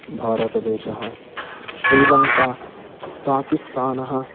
भारतदेशः श्रीलङ्का पाकिस्तानः